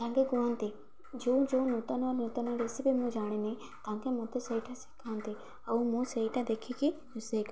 ତାଙ୍କେ କୁହନ୍ତି ଯେଉଁ ଯେଉଁ ନୂତନ ନୂତନ ରେସିପି ମୁଁ ଜାଣିନି ତାଙ୍କେ ମୋତେ ସେଇଟା ଶିଖାନ୍ତି ଆଉ ମୁଁ ସେଇଟା ଦେଖିକି ରୋଷେଇ